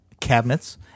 cabinets